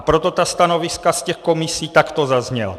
Proto ta stanoviska z komisí takto zazněla.